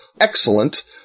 excellent